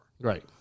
right